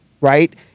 right